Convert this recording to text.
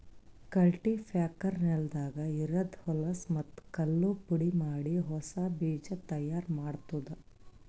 cultipacker ನೆಲದಾಗ ಇರದ್ ಹೊಲಸೂ ಮತ್ತ್ ಕಲ್ಲು ಪುಡಿಮಾಡಿ ಹೊಸಾ ಬೀಜ ತೈಯಾರ್ ಮಾಡ್ತುದ